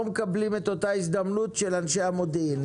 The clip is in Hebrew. מקבלים את אותה הזדמנות של אנשי המודיעין.